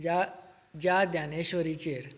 ज्या ज्या ज्ञानेश्वरीचेर